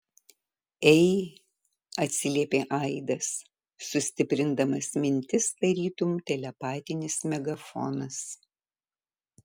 ei atsiliepė aidas sustiprindamas mintis tarytum telepatinis megafonas